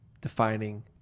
defining